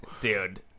Dude